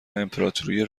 امپراتوری